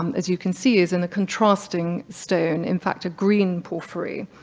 um as you can see, is in a contrasting stone, in fact a green porphyry.